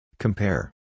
Compare